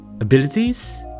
abilities